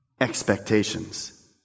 expectations